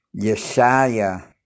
Yeshaya